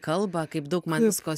kalba kaip daug man visko